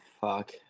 fuck